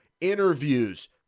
Interviews